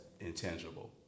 intangible